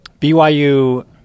BYU